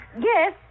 Yes